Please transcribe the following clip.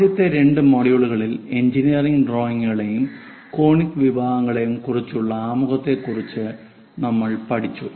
ആദ്യത്തെ രണ്ട് മൊഡ്യൂളുകളിൽ എഞ്ചിനീയറിംഗ് ഡ്രോയിംഗുകളെയും കോണിക് വിഭാഗങ്ങളെയും കുറിച്ചുള്ള ആമുഖത്തെക്കുറിച്ച് നമ്മൾ പഠിച്ചു